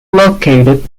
located